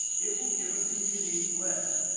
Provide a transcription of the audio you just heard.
it will give us a unique list.